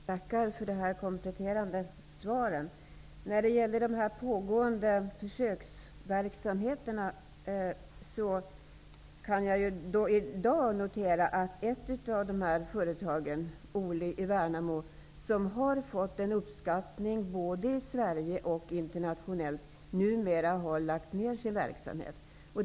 Herr talman! Jag tackar för de kompletterande svaren. När det gäller de pågående försöksverksamheterna kan jag i dag notera att ett av de företag som har fått uppskattning både i Värnamo, numera har lagt ner sin verksamhet.